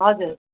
हजुर